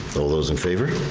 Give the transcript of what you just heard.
all those in favor. aye.